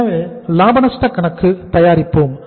எனவே லாப நஷ்ட கணக்கு தயாரிப்போம்